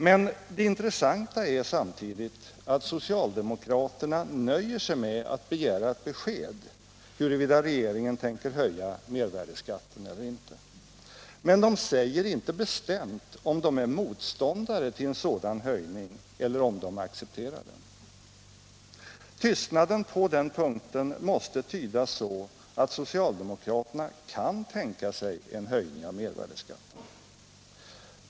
Men det intressanta är samtidigt att socialdemokraterna nöjer sig med att begära ett besked om huruvida regeringen tänker höja mervärdeskatten eller inte. De säger inte bestämt om de är motståndare till en sådan höjning eller om de accepterar den. Tystnaden på den punkten måste tydas så, att socialdemokraterna kan tänka sig en höjning av mervärdeskatten.